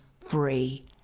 free